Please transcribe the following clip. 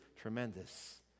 tremendous